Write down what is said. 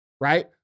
right